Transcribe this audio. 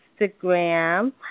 Instagram